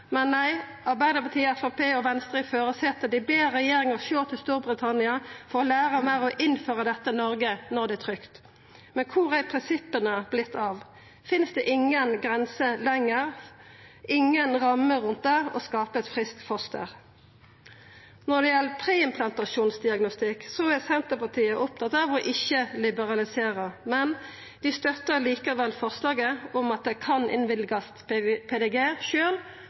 Men nei, Arbeidarpartiet, Framstegspartiet og Venstre i førarsetet ber regjeringa sjå til Storbritannia for å læra meir og å innføra dette i Noreg når dette er trygt. Men kvar har prinsippa vorte av? Finst det inga grense lenger, inga ramme rundt det å skapa eit friskt foster? Når det gjeld preimplantasjonsdiagnostikk, er Senterpartiet opptatt av ikkje å liberalisera, men vi støttar likevel forslaget om at det kan innvilgast PDG